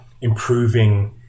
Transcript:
improving